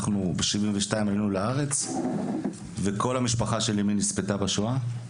אנחנו בשנת 1972 עלינו לארץ וכל המשפחה של אמי נספתה בשואה.